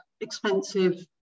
expensive